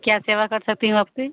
क्या सेवा कर सकती हूँ आपकी